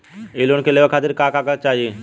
इ लोन के लेवे खातीर के का का चाहा ला?